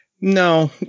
no